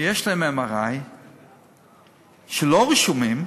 שיש להם MRI שלא רשומים,